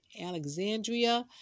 Alexandria